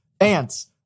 ants